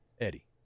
Eddie